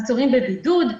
עצורים בבידוד,